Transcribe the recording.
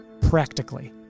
practically